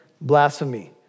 blasphemy